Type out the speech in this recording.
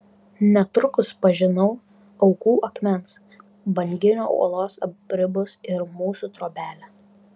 netrukus pažinau aukų akmens banginio uolos apribus ir mūsų trobelę